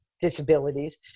disabilities